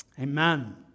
Amen